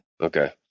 Okay